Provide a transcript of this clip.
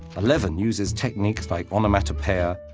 eleven uses techniques, like onomatopoeia,